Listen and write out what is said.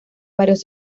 varios